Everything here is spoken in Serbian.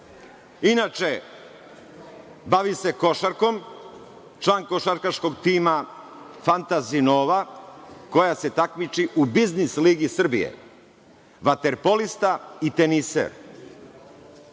sebi. Inače, bavi se košarkom. Član košarkaškog tima „Fantazi nova“ koja se takmiči u biznis ligi Srbije. Vaterpolista i teniser.